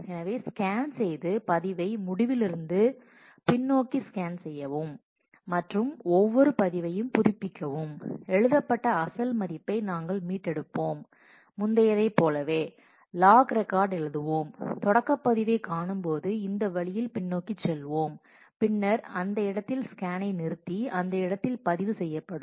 எனவே ஸ்கேன் செய்து பதிவை முடிவில் இருந்து பின்னோக்கி ஸ்கேன் செய்யவும் மற்றும் ஒவ்வொரு பதிவைப் புதுப்பிக்கவும் எழுதப்பட்ட அசல் மதிப்பை நாங்கள் மீட்டெடுப்போம் முந்தையதைப் போலவே லாக் ரெக்கார்ட் எழுதுவோம் தொடக்க பதிவைக் காணும்போது இந்த வழியில் பின்னோக்கிச் செல்வோம் பின்னர் அந்த இடத்தில் ஸ்கேனை நிறுத்தி அந்த இடத்தில் பதிவு செய்யப்படும்